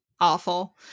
Awful